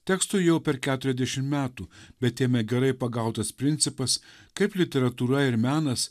tekstui jau per keturiasdešim metų bet jame gerai pagautas principas kaip literatūra ir menas